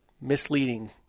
misleading